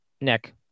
Nick